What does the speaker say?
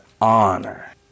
honor